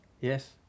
yes